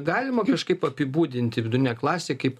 galima kažkaip apibūdinti vidurinę klasę kaip